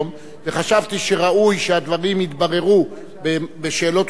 וחשבתי שראוי שהדברים יתבררו בשאלות ותשובות,